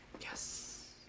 Yes